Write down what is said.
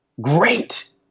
great